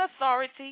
authority